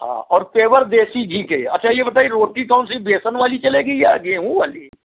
हाँ और तेवर देसी घी के अच्छा ये बताइए रोटी कौन सी बेसन वाली चलेगी या गेहूँ वाली